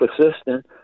persistent